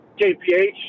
KPH